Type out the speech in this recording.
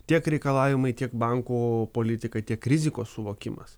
tiek reikalavimai tiek banko politika tiek rizikos suvokimas